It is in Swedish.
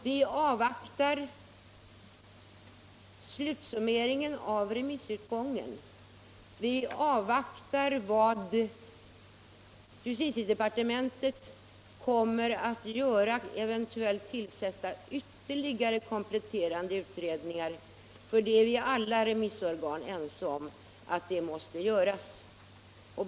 Vi avvaktar slutsummeringen av remissutgången och vad justitiedepartementet kommer att göra — eventuellt tillsätts ytterligare kompletterande utredningar, för nästan alla remissorgan är ense om att detta måste ske.